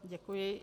Děkuji.